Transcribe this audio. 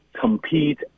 compete